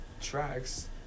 tracks